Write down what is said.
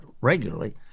regularly